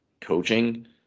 coaching